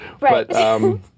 Right